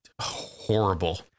horrible